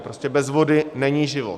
Prostě bez vody není život.